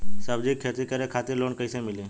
सब्जी के खेती करे खातिर लोन कइसे मिली?